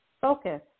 focus